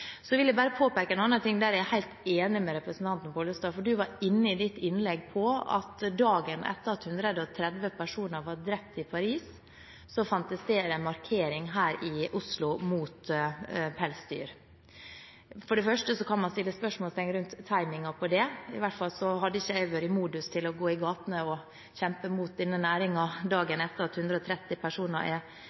helt enig med representanten Pollestad, og det er at han var i sitt innlegg inne på at dagen etter at 130 personer var drept i Paris, fant det sted en markering her i Oslo mot pelsdyr. For det første kan man sette spørsmålstegn ved timingen for det – i hvert fall hadde ikke jeg vært i modus til å gå i gatene og kjempe mot denne næringen dagen etter at 130 personer er